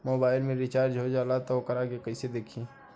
Mobile में recharge हो जाला त वोकरा के कइसे देखी?